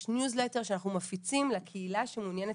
יש ניוזלטר שאנחנו מפיצים לקהילה שמעוניינת